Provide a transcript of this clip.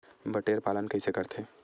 बटेर पालन कइसे करथे?